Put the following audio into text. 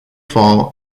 fall